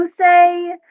say